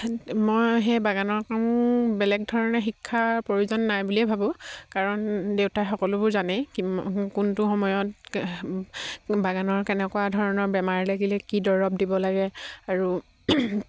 মই সেই বাগানৰ কাম বেলেগ ধৰণে শিক্ষাৰ প্ৰয়োজন নাই বুলিয়ে ভাবোঁ কাৰণ দেউতাই সকলোবোৰ জানেই কি কোনটো সময়ত বাগানৰ কেনেকুৱা ধৰণৰ বেমাৰ লাগিলে কি দৰৱ দিব লাগে আৰু